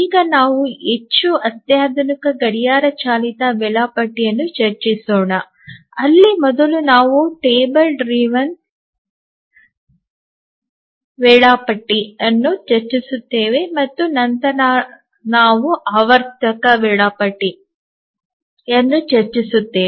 ಈಗ ನಾವು ಹೆಚ್ಚು ಅತ್ಯಾಧುನಿಕ ಗಡಿಯಾರ ಚಾಲಿತ ವೇಳಾಪಟ್ಟಿಯನ್ನು ಚರ್ಚಿಸೋಣ ಅಲ್ಲಿ ಮೊದಲು ನಾವು ಟೇಬಲ್ ಚಾಲಿತ ವೇಳಾಪಟ್ಟಿಯನ್ನು ಚರ್ಚಿಸುತ್ತೇವೆ ಮತ್ತು ನಂತರ ನಾವು ಆವರ್ತಕ ವೇಳಾಪಟ್ಟಿಯನ್ನು ಚರ್ಚಿಸುತ್ತೇವೆ